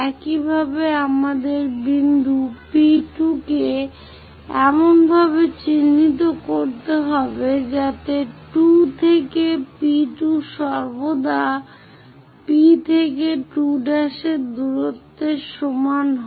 একইভাবে আমাদের বিন্দু P2 কে এমনভাবে চিহ্নিত করতে হবে যাতে 2 থেকে P2 দূরত্ব সর্বদা P থেকে 2' দূরত্বের সমান হয়